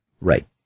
Right